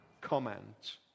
comment